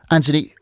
Anthony